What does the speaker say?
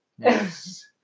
Yes